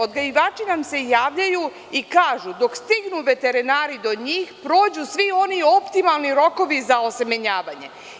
Odgajivači nam se javljaju i kažu da dok stignu veterinari do njih, prođu svi oni optimalni rokovi za osemenjavanje.